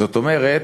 זאת אומרת,